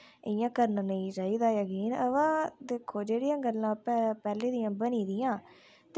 इयां करना नेईं चाहिदा ज़कीन अवा दिक्खो जेह्कियां गल्लां पैह्लें दियां बनी दियां